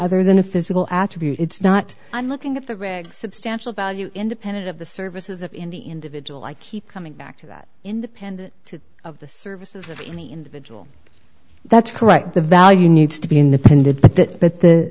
other than a physical attribute it's not i'm looking at the red substantial value independent of the services of in the individual i keep coming back to that independent of the services of any individual that's correct the value needs to be independent but th